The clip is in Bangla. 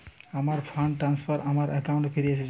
আমার ফান্ড ট্রান্সফার আমার অ্যাকাউন্টে ফিরে এসেছে